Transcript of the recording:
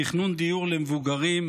תכנון דיור למבוגרים,